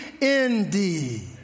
indeed